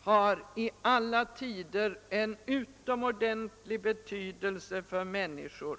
har i alla tider en utomordentlig betydelse för människor.